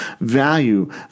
value